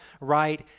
right